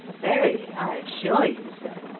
very, i assure you, sir.